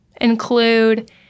include